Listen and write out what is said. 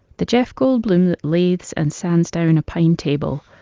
the jeff goldblum that leaves and sands down a pine table,